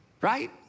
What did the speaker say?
right